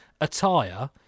attire